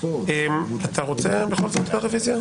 אתה רוצה בכל זאת את הרוויזיה?